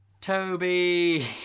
Toby